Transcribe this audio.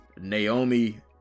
Naomi